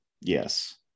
Yes